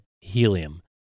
helium